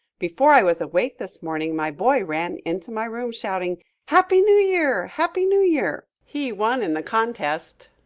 before i was awake this morning my boy ran into my room shouting, happy new year! happy new year! he won in the contest.